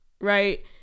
Right